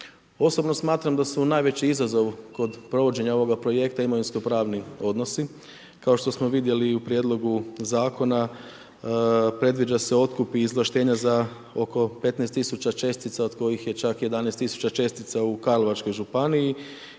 Osobno smatram da su najveći izazov kod provođenja ovoga projekta imovinsko pravni odnosi. Kao što smo vidjeli i u prijedlogu zakona predviđa se otkup i izvlaštenja za oko 15 tisuća čestica od kojih je čak 11 tisuća čestica u Karlovačkoj županiji.